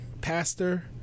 pastor